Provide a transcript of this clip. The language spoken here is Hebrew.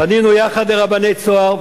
ואני פנינו יחד לרבני "צהר",